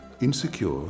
insecure